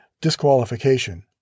disqualification